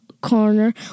corner